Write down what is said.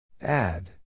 Add